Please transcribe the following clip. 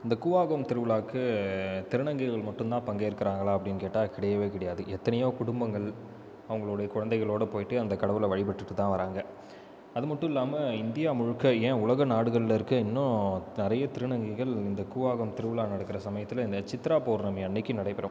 இந்தக் கூவாகம் திருவிழாவுக்கு திருநங்கைகள் மட்டும் தான் பங்கேற்கிறாங்களா அப்படின்னா கிடையவே கிடையாது எத்தனையோ குடும்பங்கள் அவங்களுடைய குழந்தைகளோடு போய்ட்டு அந்தக் கடவுளை வழிபட்டுத் தான் வர்றாங்க அது மட்டும் இல்லாமல் இந்தியா முழுக்க ஏன் உலக நாடுகளில் இருக்க இன்னும் நிறைய திருநங்கைகள் இந்தக் கூவாகம் திருவிழா நடக்கிற சமயத்தில் இந்தச் சித்ரா பௌர்ணமி எனக்கு நடைபெறும்